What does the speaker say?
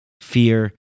fear